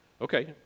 Okay